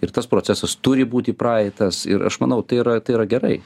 ir tas procesas turi būti praeitas ir aš manau tai yra tai yra gerai